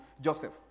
Joseph